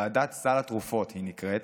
ועדת סל התרופות היא נקראת,